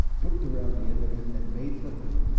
whipped around the end of it and made for home,